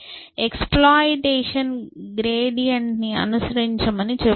exploitation gradient ని అనుసరించమని చెబుతుంది